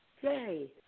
yay